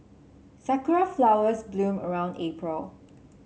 Sakura flowers bloom around April